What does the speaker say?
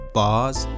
bars